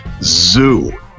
zoo